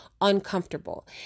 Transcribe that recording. uncomfortable